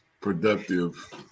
productive